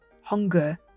hunger